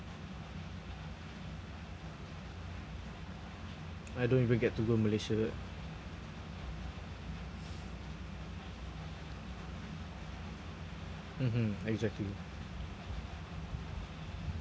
I don't even get to go Malaysia mmhmm exactly